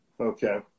Okay